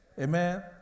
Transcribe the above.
Amen